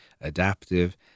adaptive